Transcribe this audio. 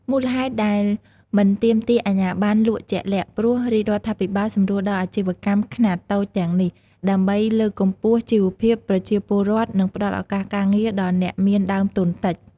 មូលហេតុដែលមិនទាមទារអាជ្ញាប័ណ្ណលក់ជាក់លាក់ ព្រោះរាជរដ្ឋាភិបាលសម្រួលដល់អាជីវកម្មខ្នាតតូចទាំងនេះ ដើម្បីលើកកម្ពស់ជីវភាពប្រជាពលរដ្ឋ និងផ្តល់ឱកាសការងារដល់អ្នកមានដើមទុនតិច។